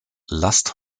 lust